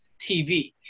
TV